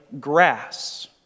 grass